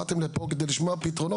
באתם לפה על מנת לשמוע פתרונות.